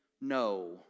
no